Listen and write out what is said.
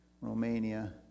Romania